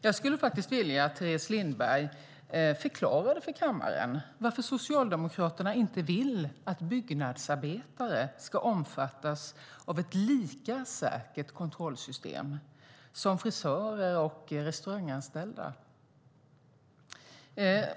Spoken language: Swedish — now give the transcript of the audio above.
Jag skulle faktiskt vilja att Teres Lindberg förklarar för kammaren varför Socialdemokraterna inte vill att byggnadsarbetare ska omfattas av ett lika säkert kontrollsystem som frisörer och restauranganställda.